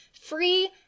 free